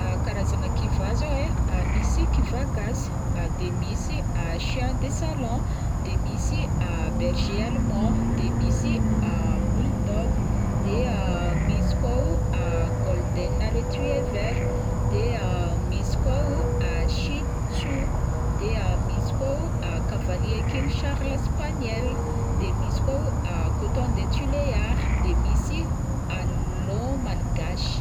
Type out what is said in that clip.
karazagna kiva zao ai, misy kiva gasy, de misy ah chien de salon, de misy Bergé allemand, de misy bulldog, de misy koa o golden retriever, de misy koa o chitsou, de misy koa o cavalier king Charles espagnel, de misy koa o coton de Tuléar, de misy Alon malgache.